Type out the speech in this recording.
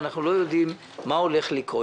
אנחנו לא יודעים מה הולך לקרות.